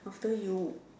after you